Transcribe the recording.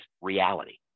reality